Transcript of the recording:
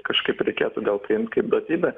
kažkaip reikėtų gal priimt kaip duotybę